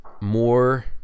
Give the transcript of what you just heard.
more